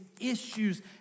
issues